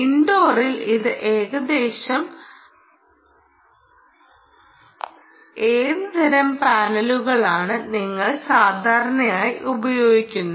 ഇൻഡോറിൽ ഏത് തരം പാനലുകളാണ് നിങ്ങൾ സാധാരണയായി ഉപയോഗിക്കുന്നത്